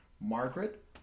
Margaret